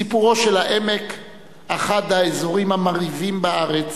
סיפורו של העמק, אחד האזורים המרהיבים בארץ,